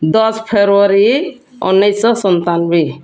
ଦଶ ଫେବୃୟାରୀ ଉଣେଇଶ ସତାନବେ